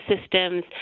systems